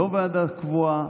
לא ועדה קבועה,